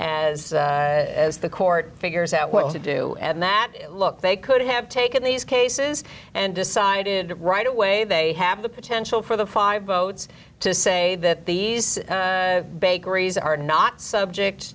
as as the court figures out what to do and that look they could have i've taken these cases and decided right away they have the potential for the five votes to say that these bakeries are not subject